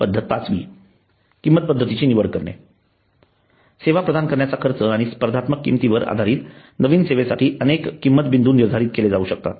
पद्धत पाचवी किंमत पद्धतीची निवड करणे सेवा प्रदान करण्याचा खर्च आणि स्पर्धात्मक किंमतींवर आधारित नवीन सेवेसाठी अनेक किंमत बिंदू निर्धारित केले जाऊ शकतात